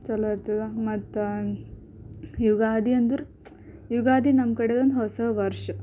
ಚಲೋ ಇರ್ತದೆ ಮತ್ತೆ ಯುಗಾದಿ ಅಂದರೆ ಯುಗಾದಿ ನಮ್ಮ ಕಡೆ ಒಂದು ಹೊಸ ವರ್ಷ